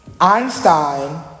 Einstein